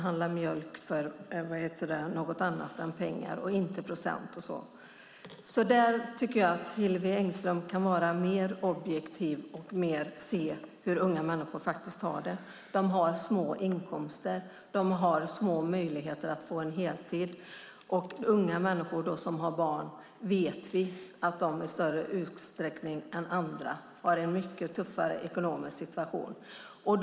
Handlar mjölk gör man för pengar, inte för procent eller något annat. Där tycker jag att Hillevi Engström kan vara mer objektiv och se mer på hur unga människor faktiskt har det. De har små inkomster och små möjligheter att få heltid. Vi vet också att unga människor som har barn har en mycket tuffare ekonomisk situation än många andra.